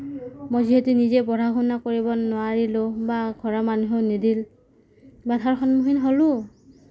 মই যিহেতু নিজে পঢ়া শুনা কৰিব নোৱাৰিলোঁ বা ঘৰৰ মানুহেও নিদিল বাধাৰ সন্মুখীন হ'লোঁ